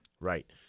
Right